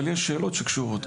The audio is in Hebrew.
אבל יש שאלות שקשורות.